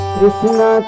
Krishna